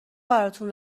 براتون